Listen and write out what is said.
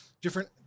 different